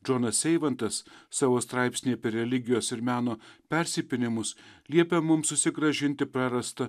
džonas eivantas savo straipsny apie religijos ir meno persipynimus liepia mum susigrąžinti prarastą